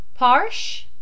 Parsh